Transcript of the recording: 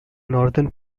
northern